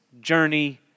journey